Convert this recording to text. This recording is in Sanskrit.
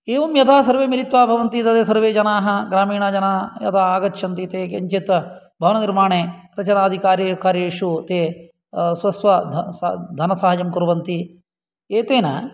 एवं यथा सर्वे मिलित्वा भवन्ति तदा सर्वे जनाः ग्रामीणजनाः यदा आगच्छन्ति ते किञ्चित् भवननिर्माणे प्रचारादि कार्ये कार्येषु ते स्वस्व धनसाहाय्यं कुर्वन्ति एतेन